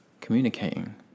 communicating